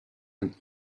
and